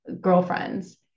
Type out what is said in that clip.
girlfriends